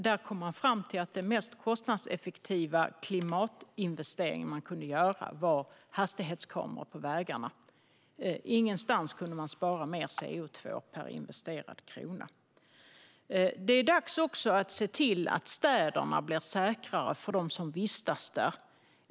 Där kom man fram till att den mest kostnadseffektiva klimatinvestering man kunde göra var att sätta upp hastighetskameror på vägarna. Ingenstans kunde man spara mer CO2 per investerad krona. Det är dags att se till att städerna blir säkrare för dem som vistas där.